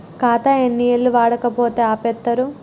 ఖాతా ఎన్ని ఏళ్లు వాడకపోతే ఆపేత్తరు?